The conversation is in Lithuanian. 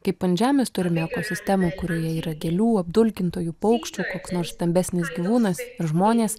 kaip ant žemės turime ekosistemą kurioje yra gėlių apdulkintojų paukščių koks nors stambesnis gyvūnas ir žmonės